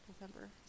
november